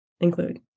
include